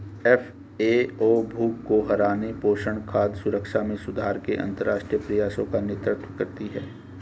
FAO भूख को हराने, पोषण, खाद्य सुरक्षा में सुधार के अंतरराष्ट्रीय प्रयासों का नेतृत्व करती है